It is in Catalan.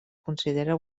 considera